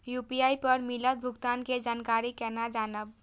UPI पर मिलल भुगतान के जानकारी केना जानब?